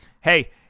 hey